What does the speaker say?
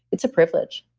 it's a privilege